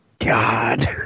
God